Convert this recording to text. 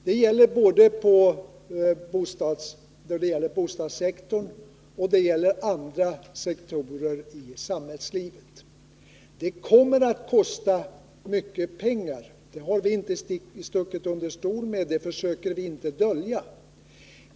Det gäller såväl bostadssektorn som andra sektorer i samhällslivet. Det kommer att kosta mycket pengar — det har vi inte stuckit under stol med, och det försöker vi inte dölja.